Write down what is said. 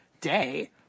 day